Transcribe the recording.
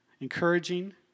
encouraging